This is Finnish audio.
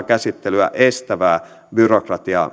käsittelyä estävää byrokratiaa